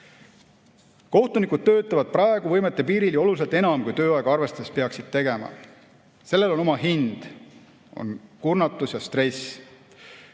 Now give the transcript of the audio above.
Kohtunikud töötavad praegu võimete piiril ja oluliselt enam, kui nad tööaega arvestades peaksid tegema. Sellel on oma hind: kurnatus ja stress.